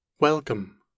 Welcome